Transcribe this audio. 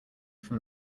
from